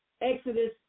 Exodus